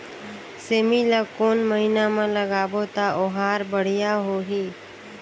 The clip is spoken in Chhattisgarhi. सेमी ला कोन महीना मा लगाबो ता ओहार बढ़िया होही?